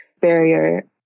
barrier